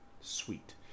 Sweet